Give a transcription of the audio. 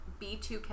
B2K